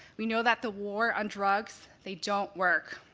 we know that the war on drugs, they don't work.